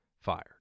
fired